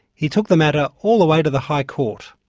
he took the matter all the way to the high court.